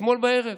אתמול בערב.